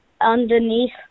underneath